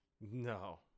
no